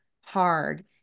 hard